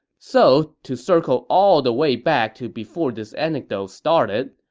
so to circle all the way back to before this anecdote started,